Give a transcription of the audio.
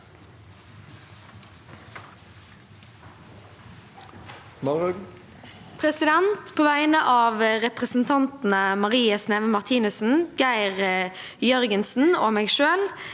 På vegne av represen- tantene Marie Sneve Martinussen, Geir Jørgensen og meg selv